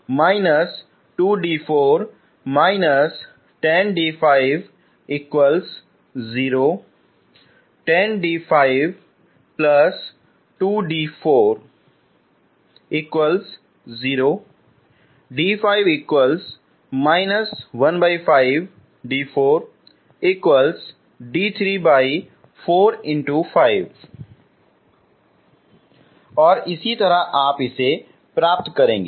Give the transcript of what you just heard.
और इसी तरह आप इसे प्राप्त करेंगे